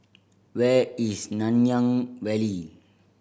where is Nanyang Valley